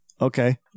Okay